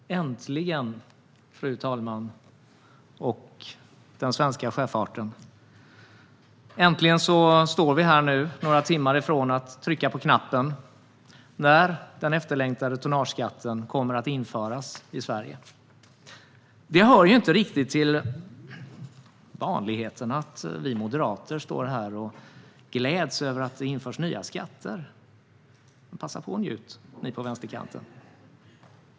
Fru talman! Äntligen står vi, fru talman och den svenska sjöfarten, nu här några timmar ifrån att trycka på knappen för att den efterlängtade tonnageskatten kommer att införas i Sverige! Det hör inte riktigt till vanligheterna att vi moderater står här och gläds över att nya skatter införs. Passa på att njuta, ni på vänsterkanten!